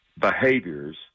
behaviors